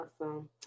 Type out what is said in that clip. awesome